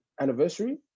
anniversary